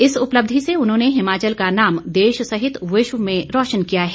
इस उपलब्धि से उन्होंने हिमाचल का नाम देश सहित विश्व में रोशन किया है